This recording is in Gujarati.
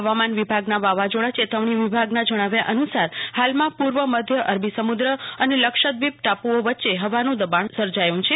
હવામાન વિભાગના વાવાઝોડા ચેતવણી વિભાગના જણાવ્યા અનુસાર હાલમાં પૂર્વ મધ્ય અરબી સમુદ્ર અને લક્ષદ્વિપ ટાપુઓ વચ્ચે હવાનું હળવું દબાણ સર્જાયેલું છે